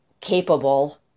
capable